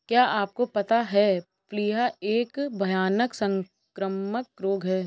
क्या आपको पता है प्लीहा एक भयानक संक्रामक रोग है?